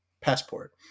passport